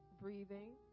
breathing